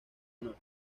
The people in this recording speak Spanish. honor